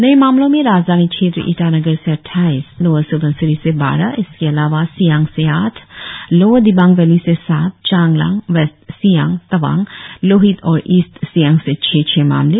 नए मामलों में राजधानी क्षेत्र ईटानगर से अट्नाईस लोअर सुबनसिरी से बारह इसके अलावा सियांग से आठ लोअर दिबांग वैली से सात चांगलांग वेस्ट सियांग तावांग लोहित और ईस्ट सियांग से छ छ मामले